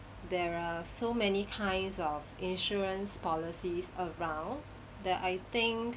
there are so many kinds of insurance policies around that I think